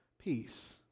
Peace